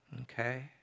Okay